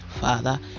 Father